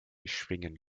schwingen